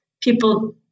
people